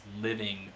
living